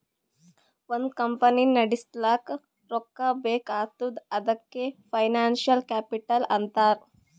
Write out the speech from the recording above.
ಒಂದ್ ಕಂಪನಿ ನಡುಸ್ಲಾಕ್ ರೊಕ್ಕಾ ಬೇಕ್ ಆತ್ತುದ್ ಅದಕೆ ಫೈನಾನ್ಸಿಯಲ್ ಕ್ಯಾಪಿಟಲ್ ಅಂತಾರ್